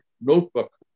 notebook